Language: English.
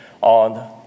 on